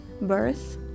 birth